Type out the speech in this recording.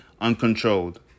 uncontrolled